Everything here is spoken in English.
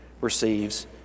receives